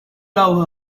love